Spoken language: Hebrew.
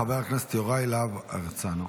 חבר הכנסת יוראי להב הרצנו.